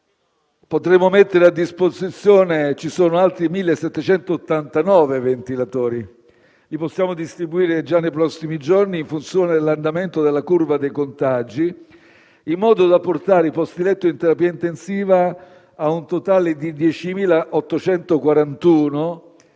possiamo mettere a disposizione altri 1.789 ventilatori. Possiamo distribuirli già nei prossimi giorni in funzione dell'andamento della curva dei contagi in modo da portare i posti letto in terapia intensiva a un totale di 10.841,